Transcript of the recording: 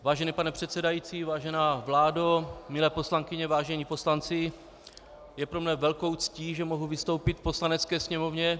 Vážený pane předsedající, vážená vládo, milé poslankyně, vážení poslanci, je pro mne velkou ctí, že mohu vystoupit v Poslanecké sněmovně.